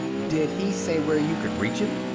did he say where you could reach him?